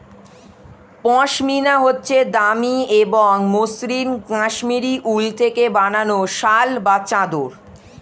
পশমিনা হচ্ছে দামি এবং মসৃন কাশ্মীরি উল থেকে বানানো শাল বা চাদর